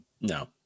No